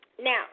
Now